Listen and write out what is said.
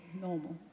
normal